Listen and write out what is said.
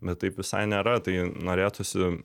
bet taip visai nėra tai norėtųsi